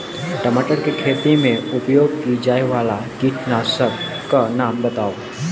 टमाटर केँ खेती मे उपयोग की जायवला कीटनासक कऽ नाम बताऊ?